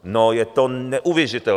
No je to neuvěřitelný.